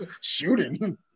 shooting